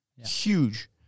Huge